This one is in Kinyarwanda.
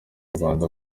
rwanda